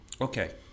okay